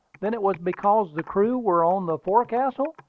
then it was because the crew were on the forecastle?